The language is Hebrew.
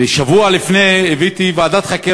שבוע לפני הבאתי הצעה